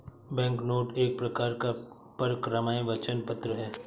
banknote एक प्रकार का परक्राम्य वचन पत्र है